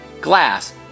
glass